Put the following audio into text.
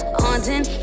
haunting